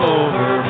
over